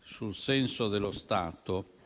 sul senso dello Stato,